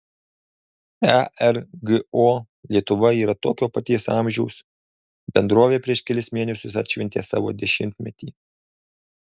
ergo lietuva yra tokio paties amžiaus bendrovė prieš kelis mėnesius atšventė savo dešimtmetį